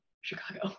Chicago